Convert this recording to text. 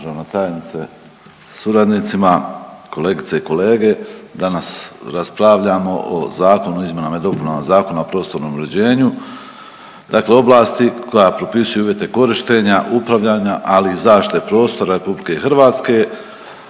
državna tajnice sa suradnicima, kolegice i kolege, danas raspravljamo o Zakonu o izmjenama i dopunama Zakona o prostornom uređenju. Dakle, oblasti koja propisuje uvjete korištenja, upravljanja, ali i zaštite prostora RH definirano